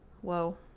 Whoa